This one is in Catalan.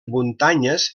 muntanyes